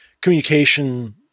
communication